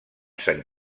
sant